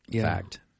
fact